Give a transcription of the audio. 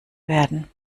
werden